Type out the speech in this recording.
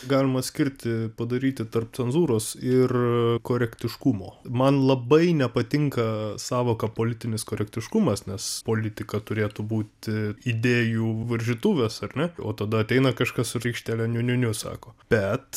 galima skirtį padaryti tarp cenzūros ir korektiškumo man labai nepatinka sąvoka politinis korektiškumas nes politika turėtų būti idėjų varžytuvės ar ne o tada ateina kažkas su rykštele niu niu niu sako bet